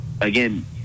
again